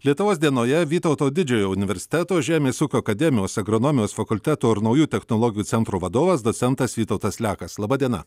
lietuvos dienoje vytauto didžiojo universiteto žemės ūkio akademijos agronomijos fakulteto ir naujų technologijų centro vadovas docentas vytautas liakas laba diena